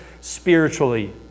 spiritually